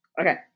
Okay